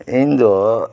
ᱤᱧ ᱫᱚ